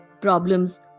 problems